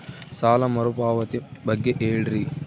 ಸಾಲ ಮರುಪಾವತಿ ಬಗ್ಗೆ ಹೇಳ್ರಿ?